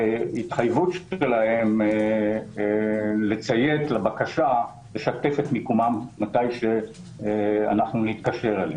והתחייבות שלהם לציית לבקשה לשתף את מיקומם מתי שאנחנו נתקשר אליהם.